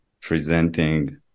presenting